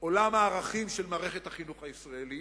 עולם הערכים של מערכת החינוך הישראלית,